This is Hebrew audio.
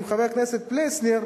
עם חבר הכנסת פלסנר,